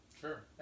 Sure